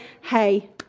hey